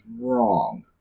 wrong